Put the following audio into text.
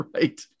Right